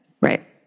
Right